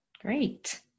Great